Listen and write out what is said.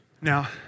Now